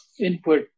input